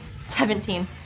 Seventeen